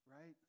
right